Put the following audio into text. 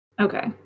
Okay